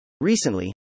Recently